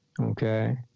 Okay